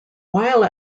while